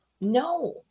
No